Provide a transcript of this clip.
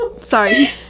Sorry